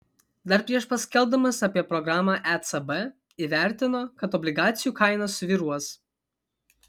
dar prieš paskelbdamas apie programą ecb įvertino kad obligacijų kainos svyruos